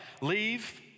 Leave